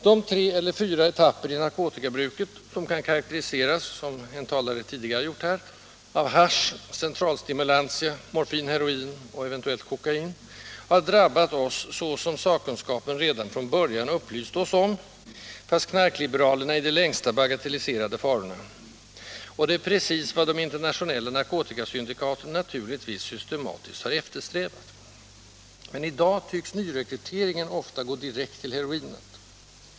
De tre eller fyra etapper i narkotikabruket som kan rubriceras med orden hasch, centralstimulantia, morfin-heroin och eventuellt kokain har drabbat oss så som sakkunskapen redan från början upplyste oss om att de skulle göra — fast knarkliberalerna i det längsta bagatelliserade farorna. Och det är naturligtvis precis vad de internationella narkotikasyndikaten systematiskt har eftersträvat. Men i dag tycks nyrekryteringen ofta gå direkt till heroinet.